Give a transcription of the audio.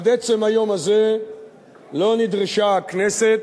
עד עצם היום הזה לא נדרשה הכנסת